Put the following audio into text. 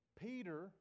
Peter